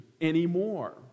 anymore